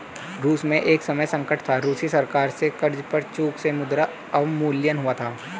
रूस में एक समय संकट था, रूसी सरकार से कर्ज पर चूक से मुद्रा अवमूल्यन हुआ था